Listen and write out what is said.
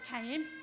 came